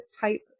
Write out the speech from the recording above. type